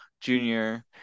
Junior